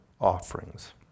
offerings